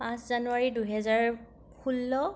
পাঁচ জানুৱাৰী দুহেজাৰ ষোল্ল